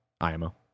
IMO